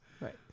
right